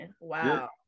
wow